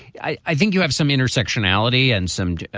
i i think you have some intersectionality and some